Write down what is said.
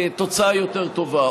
לתוצאה יותר טובה.